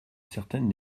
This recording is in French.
certaines